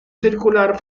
circular